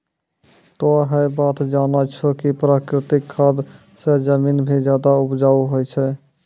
तोह है बात जानै छौ कि प्राकृतिक खाद स जमीन भी ज्यादा उपजाऊ होय छै